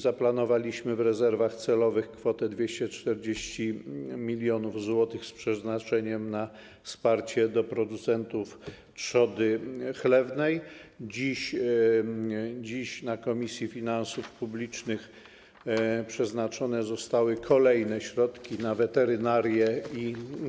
Zaplanowaliśmy w rezerwach celowych kwotę 240 mln zł z przeznaczeniem na wsparcie producentów trzody chlewnej, dziś na posiedzeniu Komisji Finansów Publicznych przeznaczone zostały kolejne środki na weterynarię